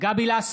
גבי לסקי,